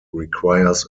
requires